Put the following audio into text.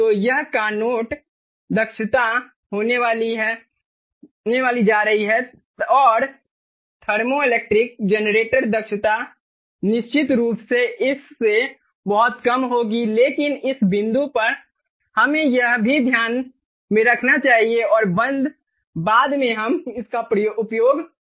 तो यह कारनोट दक्षता होने जा रही है और थर्मोइलेक्ट्रिक जनरेटर दक्षता निश्चित रूप से इस से बहुत कम होगी लेकिन इस बिंदु पर हमें यह भी ध्यान में रखना चाहिए और बाद में हम इसका उपयोग करने जा रहे हैं